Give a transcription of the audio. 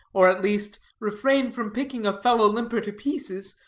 or, at least, refrain from picking a fellow-limper to pieces,